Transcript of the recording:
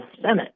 Senate